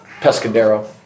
Pescadero